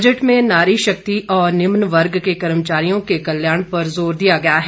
budget में नारी शक्ति और निम्न वर्ग के कर्मचारियों के कल्याण पर जोर दिया गया है